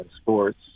sports